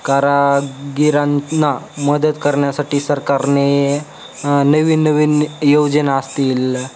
कारागिरांना मदत करण्यासाठी सरकारने नवीन नवीन योजना असतील